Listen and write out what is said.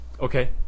okay